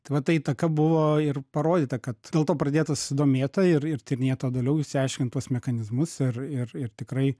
tai va ta įtaka buvo ir parodyta kad dėl to pradėtas susidomėta ir ir tyrinėta doliau išsiaiškint tuos mechanizmus ir ir ir tikrai